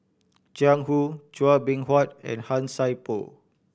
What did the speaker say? Jiang Hu Chua Beng Huat and Han Sai Por